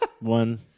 one